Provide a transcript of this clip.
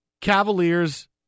Cavaliers